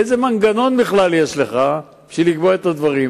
איזה מנגנון בכלל יש לך בשביל לקבוע את הדברים?